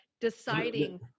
deciding